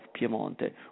Piemonte